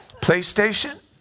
PlayStation